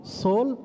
soul